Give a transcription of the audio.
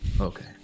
Okay